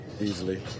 easily